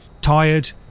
tired